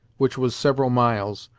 which was several miles,